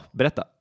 berätta